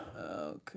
Okay